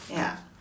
ya